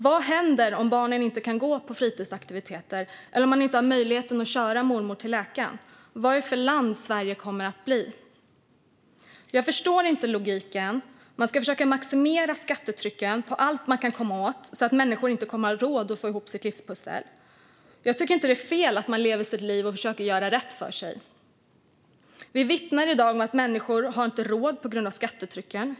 Vad händer om barnen inte kan gå på fritidsaktiviteter eller om man inte har möjlighet att köra mormor till läkaren? Vad blir Sverige då för land? Jag förstår som sagt inte logiken. Man ska försöka maximera skattetrycket på allt man kan komma på så att människor inte kommer att ha råd att få ihop sin vardag. Jag tycker inte att det är fel att leva sitt liv och försöka göra rätt för sig. Vi ser i dag att människor inte har råd på grund av skattetrycket.